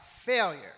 failure